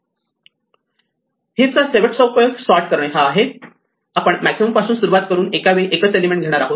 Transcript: heap चा शेवटचा उपयोग सॉर्ट करणे हा आहे आपण मॅक्सिमम पासून सुरुवात करून एकावेळी एकच एलिमेंट घेणार आहोत